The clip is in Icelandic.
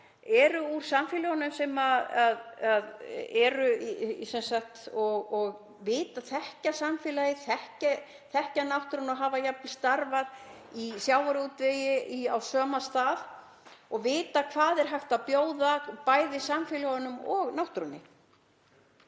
eru úr samfélögunum, þekkja samfélagið, þekkja náttúruna og hafa jafnvel starfað í sjávarútvegi á sama stað og vita hvað er hægt að bjóða bæði samfélögunum og náttúrunni.